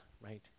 right